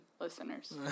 listeners